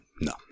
No